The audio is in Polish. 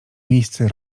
miejsce